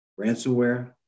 ransomware